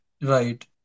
Right